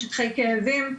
משככי כאבים,